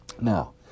Now